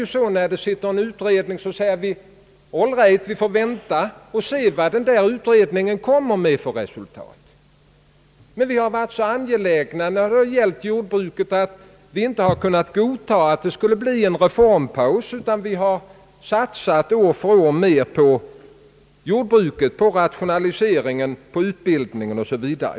Oftast när en utredning pågår anser vi oss böra vänta och se vad den kommer till för resultat. När det gällt jordbruket har vi emellertid varit så angelägna, att vi inte kunnat godta en reformpaus, utan vi har år för år satsat på rationaliseringen, på utbildningen o. s. v.